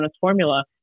formula